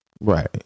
Right